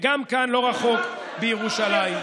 לא רחוק, בירושלים.